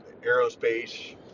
aerospace